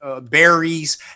Berries